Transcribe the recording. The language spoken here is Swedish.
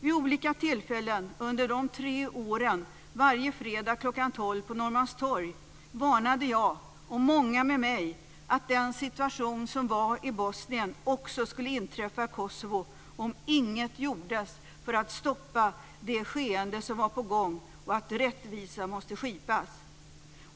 Vid olika tillfällen under de tre åren varje fredag klockan tolv på Norrmalmstorg varnade jag, och många med mig, för att den situation som rådde i Bosnien också skulle inträffa i Kosovo om inget gjordes för att stoppa det skeende som var på gång. Jag sade också att rättvisa måste skipas.